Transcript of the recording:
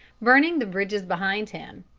burning the bridges behind him.